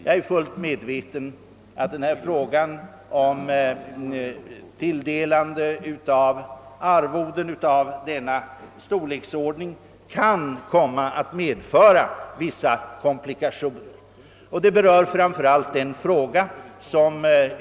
Jag är medveten om att tilldelning av arvoden av denna storleksordning kan komma att medföra vissa komplikationer.